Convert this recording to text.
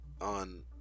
on